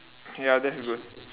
ya that's good